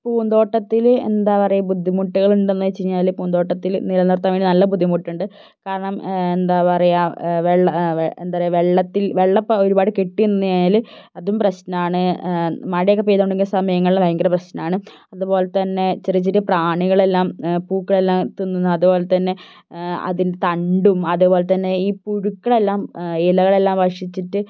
പൂന്തോട്ടത്തിൽ എന്താ പറയുക ബുദ്ധിമുട്ടുകൾ ഉണ്ടോയെന്ന് വച്ചു കഴിഞ്ഞാൽ പൂന്തോട്ടത്തിൽ നിലനിർത്താൻ വേണ്ടി നല്ല ബുദ്ധിമുട്ടുണ്ട് കാരണം എന്താ പറയുക എന്താ പറയുക വെള്ളത്തിൽ വെള്ളം ഇപ്പോൾ ഒരുപാട് കെട്ടി നിന്നു കഴിഞ്ഞാൽ അതും പ്രശ്നമാണ് മഴയൊക്കെ പെയ്തുകൊണ്ടിരിക്കുന്ന സമയങ്ങളിൽ ഭയങ്കര പ്രശ്നമാണ് അതുപോലെതന്നെ ചെറിയ ചെറിയ പ്രാണികളെല്ലാം പൂക്കളെല്ലാം തിന്നുന്ന അതുപോലെതന്നെ അതിൻ്റെ തണ്ടും അതേപോലെതന്നെ ഈ പുഴുക്കളെല്ലാം ഇലകളെല്ലാം ഭക്ഷിച്ചിട്ട്